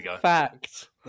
fact